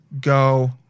go